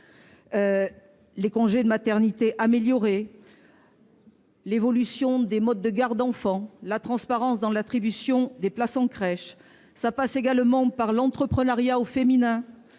: congés de maternité, évolution des modes de garde des enfants, transparence dans l'attribution des places en crèche ... Cela passe également par l'entreprenariat au féminin